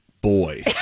boy